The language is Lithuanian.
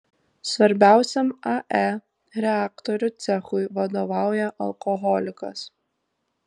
svarbiausiam ae reaktorių cechui vadovauja alkoholikas